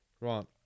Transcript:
Right